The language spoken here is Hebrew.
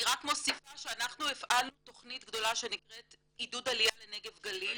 אני רק מוסיפה שאנחנו הפעלנו תכנית גדולה שנקראת "עידוד עליה לנגב גליל"